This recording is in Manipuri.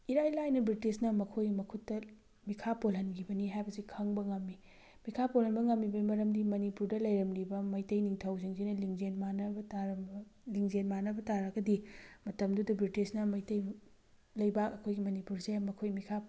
ꯏꯔꯥꯏ ꯂꯥꯏꯅ ꯕ꯭ꯔꯤꯇꯤꯁꯅ ꯃꯈꯣꯏꯒꯤ ꯃꯈꯨꯠꯇ ꯃꯤꯈꯥ ꯄꯣꯜꯍꯟꯈꯤꯕꯅꯤ ꯍꯥꯏꯕꯁꯤ ꯈꯪꯕ ꯉꯝꯃꯤ ꯃꯤꯈꯥ ꯄꯣꯜꯍꯟꯕ ꯉꯝꯃꯤꯕꯩ ꯃꯔꯝꯗꯤ ꯃꯅꯤꯄꯨꯔꯗ ꯂꯩꯔꯝꯂꯤꯕ ꯃꯩꯇꯩ ꯅꯤꯡꯊꯧꯁꯤꯡꯁꯤꯅ ꯂꯤꯡꯖꯦꯜ ꯃꯥꯟꯅꯕ ꯇꯥꯔꯕ ꯂꯤꯡꯖꯦꯜ ꯃꯥꯟꯅꯕ ꯇꯥꯔꯒꯗꯤ ꯃꯇꯝꯗꯨꯗ ꯕ꯭ꯔꯤꯇꯤꯁꯅ ꯃꯩꯇꯩꯕꯨ ꯂꯩꯕꯥꯛ ꯑꯩꯈꯣꯏꯒꯤ ꯃꯅꯤꯄꯨꯔꯁꯦ ꯃꯈꯣꯏꯒꯤ ꯃꯤꯈꯥ